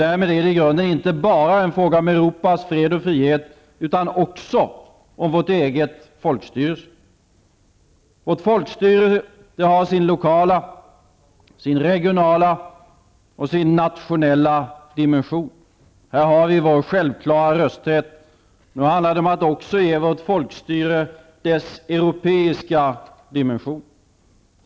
Därmed är det i grunden inte bara en fråga om Europas fred och frihet, utan också om vår eget folkstyre. Vårt folkstyre har sin lokala, regionala och nationella dimension. Här har vi vår självklara rösträtt. Nu handlar det om att också ge vårt folkstyre dess europeiska dimension.